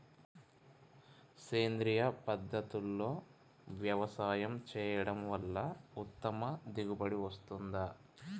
సేంద్రీయ పద్ధతుల్లో వ్యవసాయం చేయడం వల్ల ఉత్తమ దిగుబడి వస్తుందా?